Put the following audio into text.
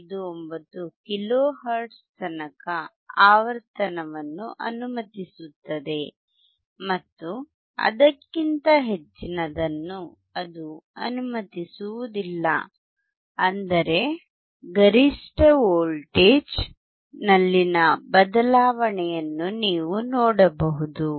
59 kilohertz ತನಕ ಆವರ್ತನವನ್ನು ಅನುಮತಿಸುತ್ತದೆ ಮತ್ತು ಅದಕ್ಕಿಂತ ಹೆಚ್ಚಿನದನ್ನು ಅದು ಅನುಮತಿಸುವುದಿಲ್ಲ ಅಂದರೆ ಗರಿಷ್ಠ ವೋಲ್ಟೇಜ್ನಲ್ಲಿನ ಬದಲಾವಣೆಯನ್ನು ನೀವು ನೋಡಬಹುದು